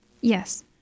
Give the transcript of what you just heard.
Yes